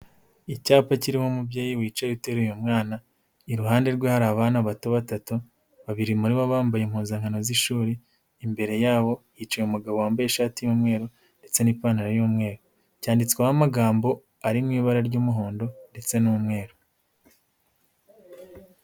Icyapa kiriho umubyeyi wicaye uteruye umwana, iruhande rwe hari abana bato batatu, babiri muri bo bambaye impuzankano z'ishuri, imbere yabo hicaye umugabo wambaye ishati y'umweru ndetse n'ipantaro y'umweru. Cyanditsweho amagambo ari mu ibara ry'umuhondo ndetse n'umweru.